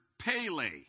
Pele